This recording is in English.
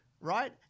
right